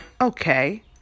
okay